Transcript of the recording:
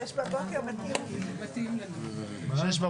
הישיבה ננעלה בשעה